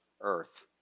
earth